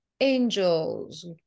angels